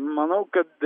manau kad